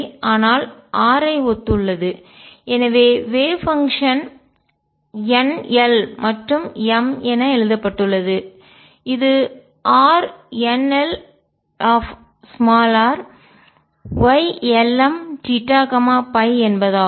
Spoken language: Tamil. ஆனால் r ஐ ஒத்துள்ளது எனவே வேவ் பங்ஷன் அலை செயல்பாடு n l மற்றும் m என எழுதப்பட்டுள்ளது இது RnlrYlmθϕஎன்பதாகும்